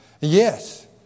Yes